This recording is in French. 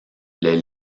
les